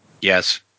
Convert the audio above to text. Yes